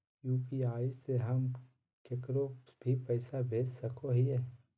UPI से हम केकरो भी पैसा भेज सको हियै?